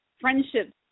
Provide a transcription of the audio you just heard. friendships